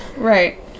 Right